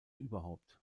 überhaupt